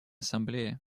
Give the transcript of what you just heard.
ассамблее